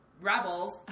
Rebels